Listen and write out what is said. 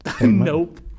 Nope